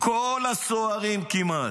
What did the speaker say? כל הסוהרים כמעט,